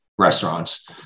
restaurants